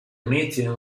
meeting